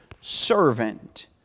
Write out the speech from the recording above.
servant